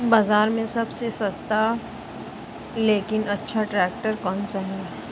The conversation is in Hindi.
बाज़ार में सबसे सस्ता लेकिन अच्छा ट्रैक्टर कौनसा है?